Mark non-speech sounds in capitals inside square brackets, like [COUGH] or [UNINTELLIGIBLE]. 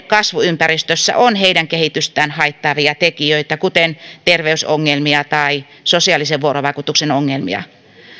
[UNINTELLIGIBLE] kasvuympäristössä on heidän kehitystään haittaavia tekijöitä kuten terveysongelmia tai sosiaalisen vuorovaikutuksen ongelmia